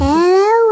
Hello